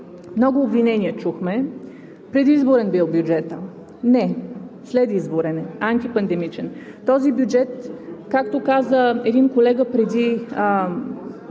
много обвинения – предизборен бил бюджетът. Не, следизборен е, антипандемичен. Този бюджет, както каза един колега преди